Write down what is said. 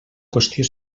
qüestió